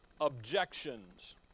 objections